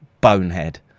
Bonehead